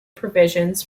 provisions